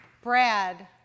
Brad